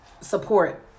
support